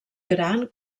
gran